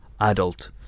adult